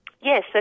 Yes